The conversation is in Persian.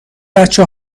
بچه